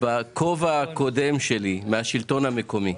בכובע הקודם שלי מן השלטון המקומי.